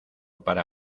para